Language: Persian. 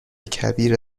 کبیر